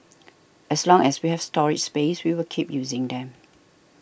as long as we have storage space we will keep using them